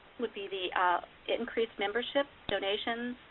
would be the increased membership, donations,